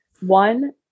one